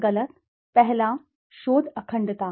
सही और गलत पहला शोध अखंडता